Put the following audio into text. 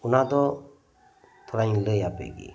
ᱚᱱᱟ ᱫᱚ ᱛᱷᱚᱲᱟᱧ ᱞᱟᱹᱭ ᱟᱯᱮᱜᱮ